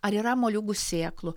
ar yra moliūgų sėklų